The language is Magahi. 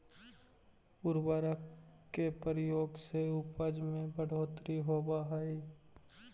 उर्वरक के प्रयोग से उपज में बढ़ोत्तरी होवऽ हई